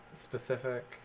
specific